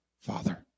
Father